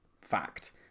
Fact